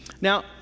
Now